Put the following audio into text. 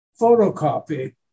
photocopy